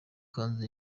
kanzu